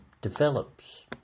develops